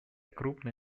крупные